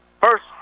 first